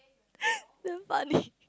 damn funny